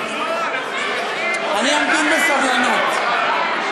אני אמתין בסבלנות.